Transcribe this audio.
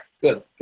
Good